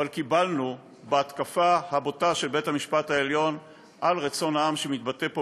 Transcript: אבל בהתקפה הבוטה של בית המשפט העליון על רצון העם שמתבטא פה,